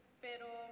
pero